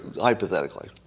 hypothetically